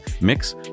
mix